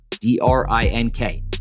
D-R-I-N-K